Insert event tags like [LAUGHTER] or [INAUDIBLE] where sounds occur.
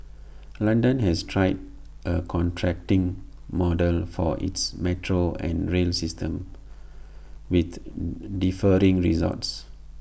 London has tried A contracting model for its metro and rail system with [HESITATION] differing results